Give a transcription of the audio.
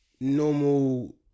normal